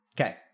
Okay